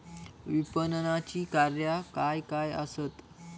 विपणनाची कार्या काय काय आसत?